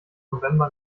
november